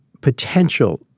potential